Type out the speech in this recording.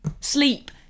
sleep